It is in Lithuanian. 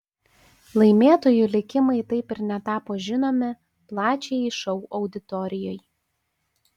laimėtojų likimai taip ir netapo žinomi plačiajai šou auditorijai